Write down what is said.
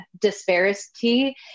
disparity